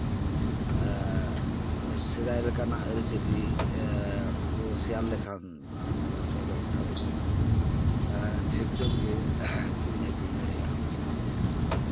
ᱥᱮᱫᱟᱭ ᱞᱮᱠᱟᱱᱟᱜ ᱟ ᱨᱤᱪᱟ ᱞᱤ ᱠᱚ ᱥᱮᱭᱟᱨ ᱞᱮᱠᱷᱟᱱ ᱵᱟᱯᱞᱟ ᱫᱟᱜ ᱡᱟᱦᱟᱸ ᱨᱮᱦᱚᱸ ᱰᱷᱮᱨ ᱛᱮᱫ ᱜᱮ ᱠᱤᱨᱤᱧ ᱟ ᱠᱷᱨᱤᱧ ᱫᱟᱲᱮᱭᱟᱜᱼᱟ